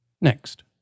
Next